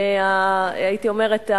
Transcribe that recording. הייתי אומרת,